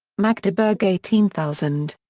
magdeburg eighteen thousand.